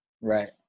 Right